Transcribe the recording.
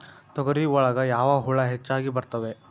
ತೊಗರಿ ಒಳಗ ಯಾವ ಹುಳ ಹೆಚ್ಚಾಗಿ ಬರ್ತವೆ?